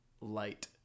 light